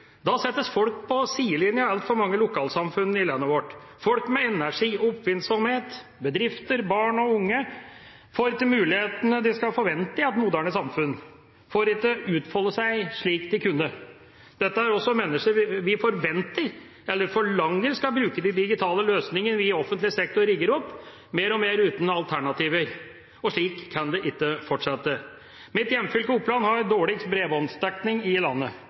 Da settes folk i altfor mange lokalsamfunn i landet vårt på sidelinjen. Folk med energi og oppfinnsomhet, bedrifter, barn og unge får ikke mulighetene de skal forvente i et moderne samfunn, får ikke utfolde seg slik de kunne. Dette er mennesker vi forventer eller forlanger skal bruke de digitale løsninger vi i offentlig sektor rigger opp, mer og mer uten alternativer. Slik kan det ikke fortsette. Mitt hjemfylke, Oppland, har den dårligste bredbåndsdekningen i landet.